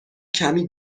کمی